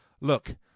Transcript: look